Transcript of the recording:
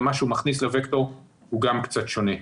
ומה שהוא מכניס לווקטור הוא גם קצת שונה.